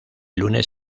lunes